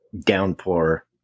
downpour